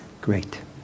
Great